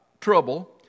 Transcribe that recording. trouble